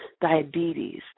diabetes